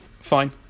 fine